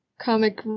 comic